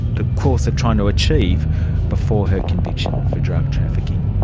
the course of trying to achieve before her conviction for drug trafficking.